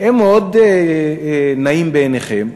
הם מאוד נאים בעיניכם,